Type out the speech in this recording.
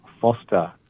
Foster